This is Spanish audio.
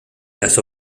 las